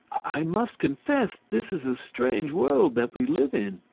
i must confess this is a strange world that we live in.